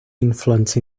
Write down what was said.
influence